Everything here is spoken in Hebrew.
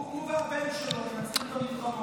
חמש דקות מרגע זה לרשותך.